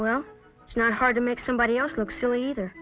it's not hard to make somebody else look silly either